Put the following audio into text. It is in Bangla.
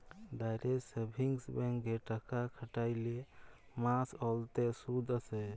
ডাইরেক্ট সেভিংস ব্যাংকে টাকা খ্যাটাইলে মাস অল্তে সুদ আসে